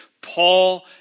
Paul